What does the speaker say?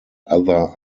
other